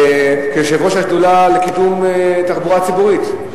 כיושב-ראש השדולה לקידום התחבורה הציבורית,